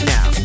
Now